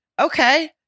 Okay